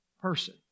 person